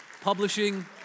publishing